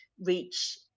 reach